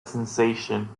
sensation